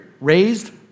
raised